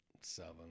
seven